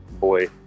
boy